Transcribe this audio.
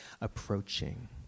approaching